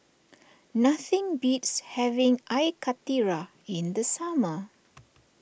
nothing beats having Air Karthira in the summer